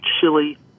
chili